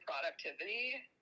productivity